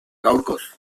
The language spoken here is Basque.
gaurkoz